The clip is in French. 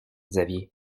xavier